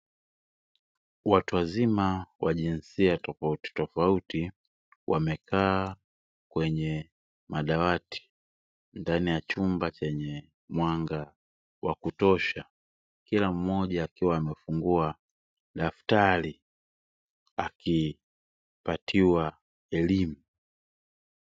Watu wazima wa jinsia tofauti tofauti wamekaa kwenye madawati ndani ya chumba chenye mwanga wa kutosha, kila mmoja akiwa amefungua daftari akipatiwa elimu.